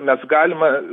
nes galima